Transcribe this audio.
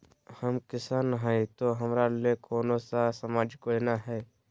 हम किसान हई तो हमरा ले कोन सा सामाजिक योजना है?